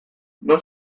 non